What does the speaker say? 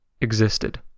existed